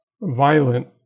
violent